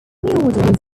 ordered